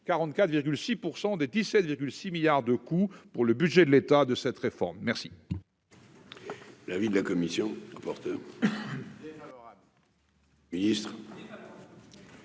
44,6 % des 17,6 milliards de coûts pour le budget de l'État de cette réforme. Quel